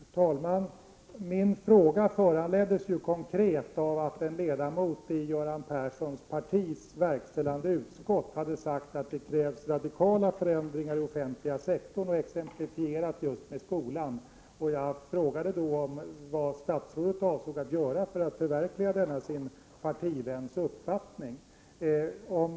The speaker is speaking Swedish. Herr talman! Min fråga föranleddes konkret av att en ledamot av verkställande utskottet i det parti som Göran Persson tillhör hade sagt att det krävs radikala förändringar i den offentliga sektorn och att han exemplifierat detta just med skolan. Jag frågade vad statsrådet avsåg att göra för att förverkliga denna sin partiväns uppfattning.